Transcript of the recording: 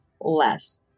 less